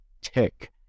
tick